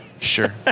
Sure